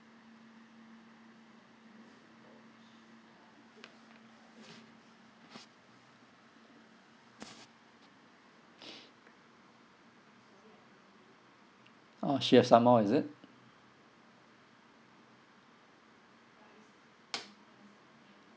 oh she have some more is it